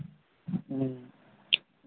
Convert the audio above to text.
ह्म्म